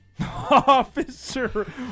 Officer